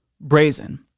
brazen